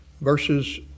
verses